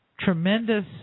tremendous